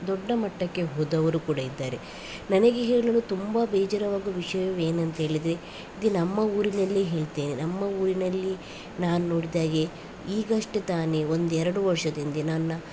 ದೊಡ್ಡ ಮಟ್ಟಕ್ಕೆ ಹೋದವರು ಕೂಡ ಇದ್ದಾರೆ ನನಗೆ ಹೇಳಲು ತುಂಬ ಬೇಜಾರಾಗುವ ವಿಷಯವೇನಂತ ಹೇಳಿದರೆ ಇದು ನಮ್ಮ ಊರಿನಲ್ಲಿ ಹೇಳ್ತೇನೆ ನಮ್ಮ ಊರಿನಲ್ಲಿ ನಾನು ನೋಡಿದ ಹಾಗೆ ಈಗಷ್ಟೆ ತಾನೇ ಒಂದು ಎರಡು ವರ್ಷದ ಹಿಂದೆ ನನ್ನ